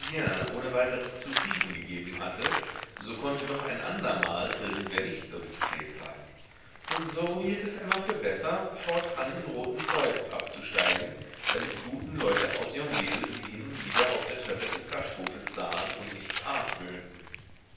ohne weiteres zufrieden gegeben hatte so konnte doch ein andermal irgendwer nicht so diskret sein und so hielt es emma für besser fortan im roten kreuz abzusteigen damit die guten leute aus yonville sie hin und wieder auf der treppe des gasthofes sahen und nichts